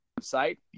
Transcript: site